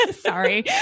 sorry